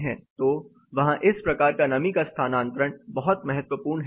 तो वहाँ इस प्रकार का नमी का स्थानांतरण बहुत महत्वपूर्ण है